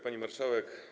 Pani Marszałek!